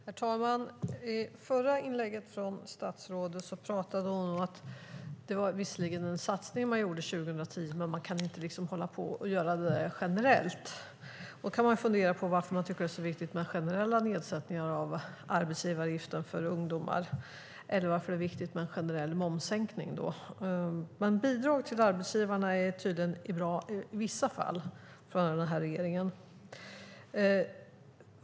Herr talman! I det förra inlägget pratade statsrådet om att det visserligen var en satsning som man gjorde 2010, men att man inte kan göra det generellt. Man kan ju undra varför det är viktigt med generella nedsättningar av arbetsgivaravgiften för ungdomar eller varför det är viktigt med en generell momssänkning. Bidrag till arbetsgivarna är tydligen bra i vissa fall för den här regeringen.